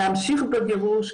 להמשיך בגירוש,